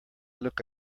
look